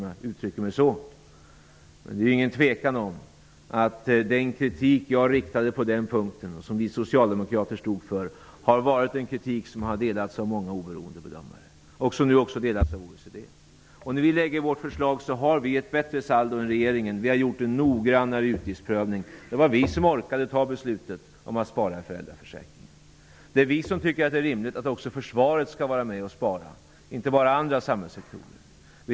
Men det råder inget tvivel om att den kritik som jag riktade på den punkten och som vi socialdemokrater stod för har delats av många oberoende bedömare. Nu delas den också av OECD. När vi lägger fram vårt förslag har vi ett bättre saldo än regeringen. Vi har gjort en noggrannare utgiftsprövning. Det var vi som orkade med beslutet om att spara i föräldraförsäkringen. Det är vi som tycker att det är rimligt att också försvaret skall spara. Det är alltså inte bara andra samhällssektorer som skall göra det.